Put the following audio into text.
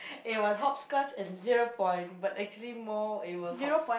it was hopscotch and zero point but actually more it was hops~